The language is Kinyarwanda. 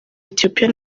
ethiopia